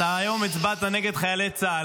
אתה היום הצבעת נגד חיילי צה"ל,